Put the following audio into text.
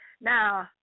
Now